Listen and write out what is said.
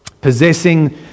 Possessing